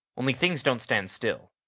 only things don't stand still.